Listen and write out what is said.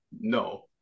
No